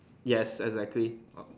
yes exactly